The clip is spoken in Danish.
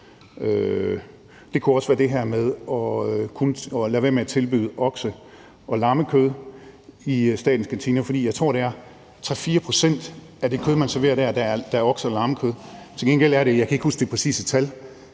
Det kunne også være det her med at lade være med at tilbyde okse- og lammekød i statens kantiner, for jeg tror, det er 3-4 pct. af det kød, man serverer dér, der er okse- eller lammekød. Til gengæld er det, jeg kan ikke huske det præcise tal,